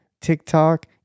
TikTok